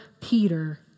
Peter